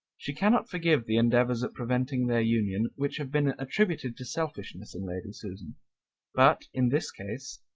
she cannot forgive the endeavours at preventing their union, which have been attributed to selfishness in lady susan but in this case,